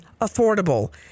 affordable